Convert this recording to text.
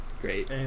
great